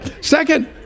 second